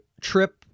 trip